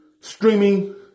streaming